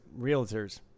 realtors